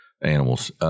animals